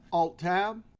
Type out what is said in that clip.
alt-tab,